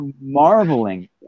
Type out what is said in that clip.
marveling